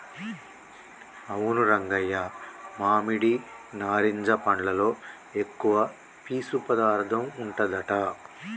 అవును రంగయ్య మామిడి నారింజ పండ్లలో ఎక్కువ పీసు పదార్థం ఉంటదట